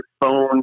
phone